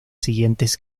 siguientes